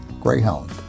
Greyhound